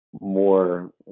more